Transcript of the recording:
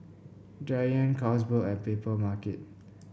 Giant Carlsberg and Papermarket